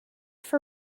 for